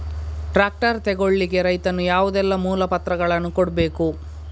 Tractor ತೆಗೊಳ್ಳಿಕೆ ರೈತನು ಯಾವುದೆಲ್ಲ ಮೂಲಪತ್ರಗಳನ್ನು ಕೊಡ್ಬೇಕು?